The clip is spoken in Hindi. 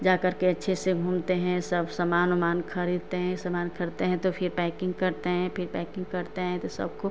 जाकर के अच्छे से घूमते हैं सब समान ओमान खरीदते हैं यही समान खरीदते हैं तो फिर पैकिंग करते हैं फिर पैकिंग करते हैं तो सबको